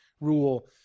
rule